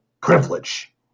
privilege